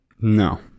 No